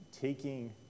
taking